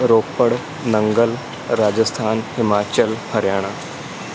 Ropar Nangal Rajasthan Himachal Haryana